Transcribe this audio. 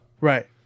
Right